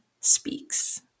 Speaks